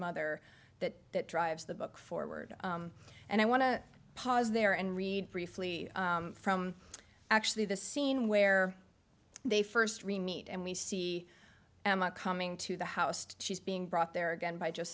mother that that drives the book forward and i want to pause there and read briefly from actually the scene where they first remeet and we see emma coming to the house she's being brought there again by j